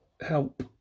help